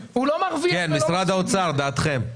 משרד האוצר, דעתכם.